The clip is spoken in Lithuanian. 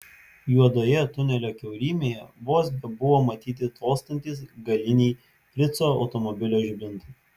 juodoje tunelio kiaurymėje vos bebuvo matyti tolstantys galiniai frico automobilio žibintai